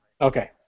Okay